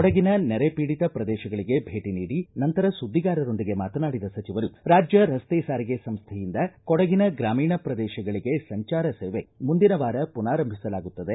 ಕೊಡಗಿನ ನೆರೆ ಖೀಡಿತ ಪ್ರದೇಶಗಳಿಗೆ ಭೇಟ ನೀಡಿ ನಂತರ ಸುದ್ದಿಗಾರರೊಂದಿಗೆ ಮಾತನಾಡಿದ ಸಚಿವರು ರಾಜ್ಯ ರಸ್ತೆ ಸಾರಿಗೆ ಸಂಸ್ಥೆಯಿಂದ ಕೊಡಗಿನ ಗ್ರಾಮೀಣ ಪ್ರದೇಶಗಳಿಗೆ ಸಂಚಾರ ಸೇವೆ ಮುಂದಿನ ವಾರ ಪುನಾರಂಭಿಸಲಾಗುತ್ತದೆ